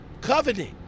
covenant